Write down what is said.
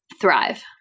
thrive